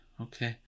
Okay